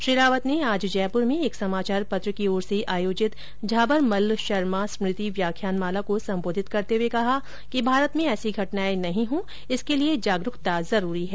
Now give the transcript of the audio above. श्री रावत ने आज जयपुर मे एक समाचार पत्र की ओर से आयोजित झाबरमल्ल शर्मा स्मृति व्याख्यानमाला को संबोधित करते हुये कहा कि भारत में ऐसी घटनाएं नहीं हो इसके लिए जागरूकता जरूरी है